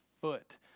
foot